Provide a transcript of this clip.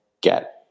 get